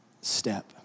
step